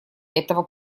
этого